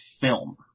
film